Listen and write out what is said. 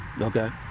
Okay